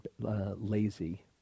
lazy